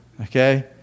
Okay